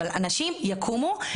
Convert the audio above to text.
אבל אנשים יקומו,